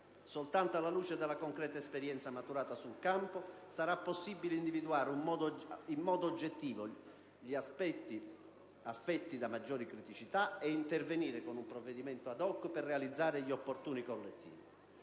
Soltanto alla luce della concreta esperienza maturata sul campo, sarà infatti possibile individuare in modo oggettivo gli aspetti affetti da maggiori criticità e intervenire, con un provvedimento *ad hoc*, per realizzare gli opportuni correttivi.